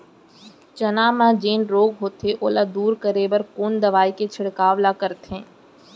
चना म जेन रोग होथे ओला दूर करे बर कोन दवई के छिड़काव ल करथे?